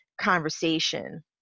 conversation